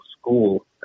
school